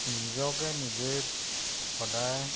নিজকে নিজে সদায়